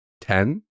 Ten